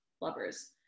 lovers